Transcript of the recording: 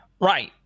Right